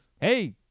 Hey